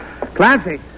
Clancy